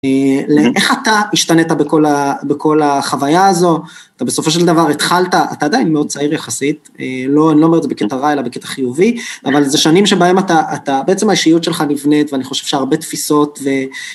לאיך אתה השתנת בכל החוויה הזו, אתה בסופו של דבר התחלת, אתה עדיין מאוד צעיר יחסית, אני לא אומר את זה בקטע רע, אלא בקטע חיובי, אבל זה שנים שבהם אתה, בעצם האישיות שלך נבנית, ואני חושב שהרבה תפיסות,